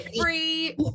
free